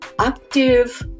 active